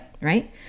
Right